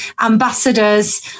ambassadors